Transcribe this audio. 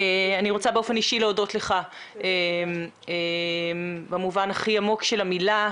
אני רוצה באופן אישי להודות לך במובן הכי עמוק של המילה.